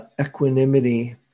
equanimity